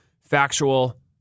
factual